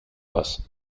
was